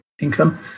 income